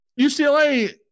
UCLA